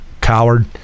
coward